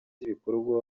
ibikorwa